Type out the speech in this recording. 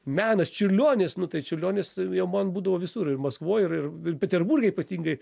menas čiurlionis nu tai čiurlionis jau man būdavo visur ir maskvoj ir ir peterburge ypatingai